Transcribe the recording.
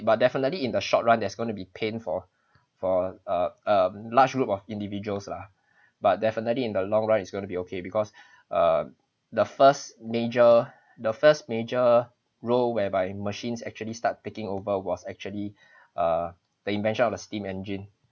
but definitely in the short run there's going to be pain for for a a large group of individuals lah but definitely in the long run is going to be okay because uh the first major the first major row whereby machines actually start taking over was actually err the invention of the steam engine